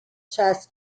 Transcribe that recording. chess